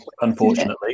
unfortunately